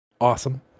Awesome